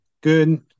good –